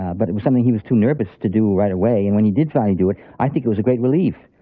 ah but it was something he was too nervous to do right away, and when he finally do it, i think it was a great relief.